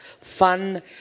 fun